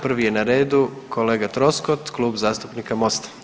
Prvi je na redu kolega Troskot, Klub zastupnika MOST-a.